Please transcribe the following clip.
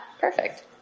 perfect